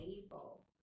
label